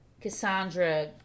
Cassandra